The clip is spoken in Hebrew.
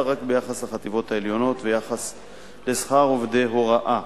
רק ביחס לחטיבות העליונות ורק ביחס לשכר עובדי ההוראה.